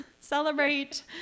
celebrate